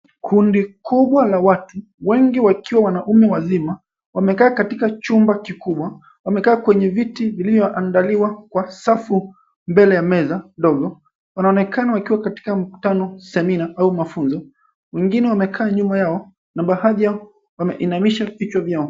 Kundi kubwa la watu, wengi wakiwa wanaume wazima, wamekaa katika chumba kikubwa. Wamekaa kwenye viti vilivyoandaliwa kwa safu mbele ya meza ndogo. Wanaonekana wakiwa mkutano, semina au mafunzo. Wengine wamekaa nyuma yao na baadhi yao wameinamisha vichwa vyao.